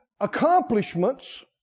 accomplishments